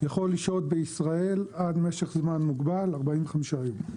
יכול לשהות בישראל עד משך זמן מוגבל, 45 יום.